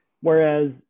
Whereas